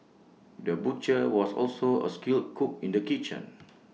the butcher was also A skilled cook in the kitchen